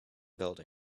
building